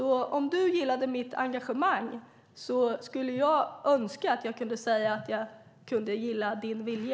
Om du gillade mitt engagemang skulle jag önska att jag kunde säga att jag kunde gilla din vilja.